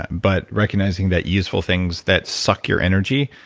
but recognizing that useful things that suck your energy,